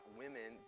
women